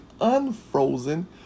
unfrozen